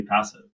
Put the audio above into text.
passive